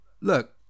look